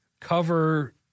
cover